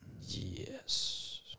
Yes